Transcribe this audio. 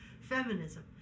feminism